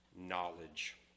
knowledge